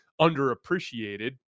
underappreciated